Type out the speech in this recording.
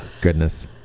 goodness